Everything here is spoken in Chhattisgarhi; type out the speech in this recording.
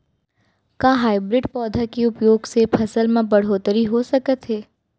का हाइब्रिड पौधा के उपयोग से फसल म बढ़होत्तरी हो सकत हे?